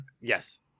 yes